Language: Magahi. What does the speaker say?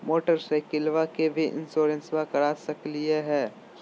मोटरसाइकिलबा के भी इंसोरेंसबा करा सकलीय है?